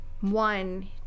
one